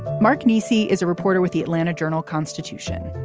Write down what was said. mark niecy is a reporter with the atlanta journal constitution,